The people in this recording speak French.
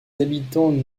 habitants